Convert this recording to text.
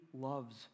loves